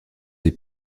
est